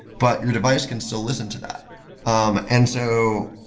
but your device can still listen to that um and so